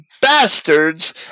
bastards